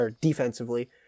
defensively